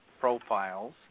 profiles